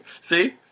See